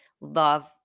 love